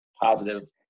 positive